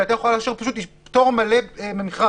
שהייתה יכולה לאשר פטור מלא ממכרז,